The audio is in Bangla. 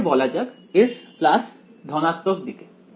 এটাকে বলা যাক S ধনাত্মক দিকে